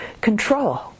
control